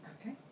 Okay